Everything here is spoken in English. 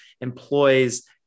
employs